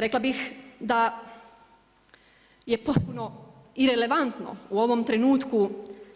Rekla bih da je potpuno irelevantno u ovom trenutku